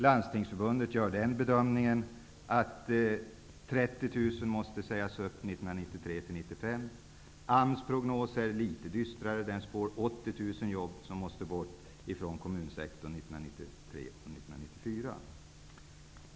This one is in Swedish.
Landstingsförbundet gör den bedömningen att prognos är litet dystrare -- man spår att 80 000 jobb måste bort från kommunsektorn 1993--1994.